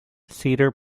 cedar